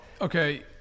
okay